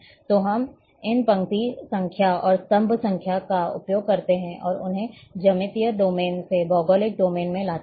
तो हम इन पंक्ति संख्या और स्तंभ संख्या का उपयोग करते हैं और उन्हें ज्यामितीय डोमेन से भौगोलिक डोमेन में लाते हैं